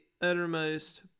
uttermost